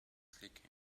clicking